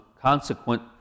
consequent